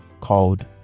Called